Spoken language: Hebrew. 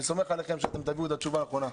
אני סומך עליכם שאתם תביאו את התשובה הנכונה.